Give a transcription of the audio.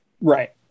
Right